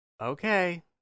okay